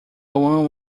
one